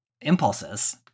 impulses